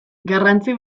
garrantzi